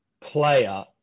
player